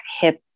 hip